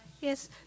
Yes